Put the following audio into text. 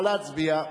נא להצביע.